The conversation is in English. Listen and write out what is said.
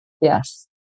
Yes